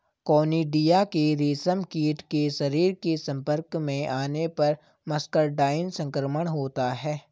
conidia के रेशमकीट के शरीर के संपर्क में आने पर मस्करडाइन संक्रमण होता है